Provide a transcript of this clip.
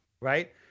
right